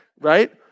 right